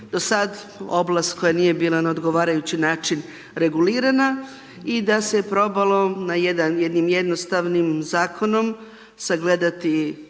do sada oblast koja nije bila na odgovarajući način regulirana i da se probalo na jedan jednim jednostavnim zakonom sagledati